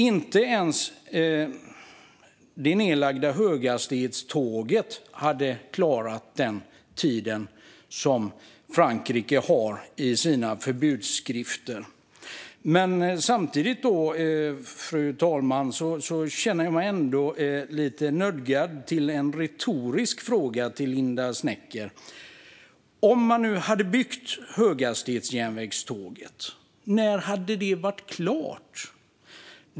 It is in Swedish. Inte ens höghastighetståget - de planerna har lagts ned - hade klarat den tid som Frankrike har i sina förbudsskrifter. Fru talman! Jag känner mig ändå nödgad att ställa en retorisk fråga till Linda W Snecker. Om man hade byggt höghastighetsjärnvägen, när hade den varit klar?